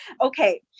Okay